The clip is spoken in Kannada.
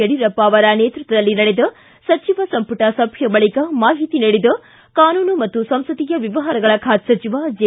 ಯಡಿಯೂರಪ್ಪ ಅವರ ನೇತೃತ್ವದಲ್ಲಿ ನಡೆದ ಸಚಿವ ಸಂಪುಟ ಸಭೆಯ ಬಳಿಕ ಮಾಹಿತಿ ನೀಡಿದ ಕಾನೂನು ಮತ್ತು ಸಂಸದೀಯ ವ್ಯವಹಾರಗಳ ಖಾತೆ ಸಚಿವ ಜೆ